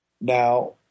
Now